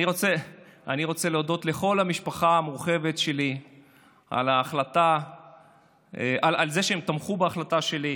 אני רוצה להודות לכל המשפחה המורחבת שלי על זה שהם תמכו בהחלטה שלי,